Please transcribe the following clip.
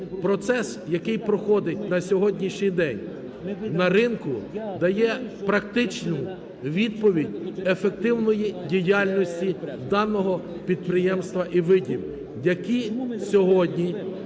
Процес, який проходить на сьогоднішній день на ринку, дає практичну відповідь ефективної діяльності даного підприємства і видів, які сьогодні